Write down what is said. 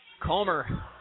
Comer